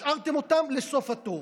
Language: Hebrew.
השארתם אותם לסוף התור.